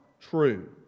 true